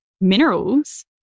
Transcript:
minerals